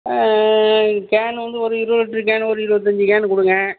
can வந்து ஒரு இருபது லிட்டர் கேனு ஒரு இருபத்தஞ்சு கேனு கொடுங்க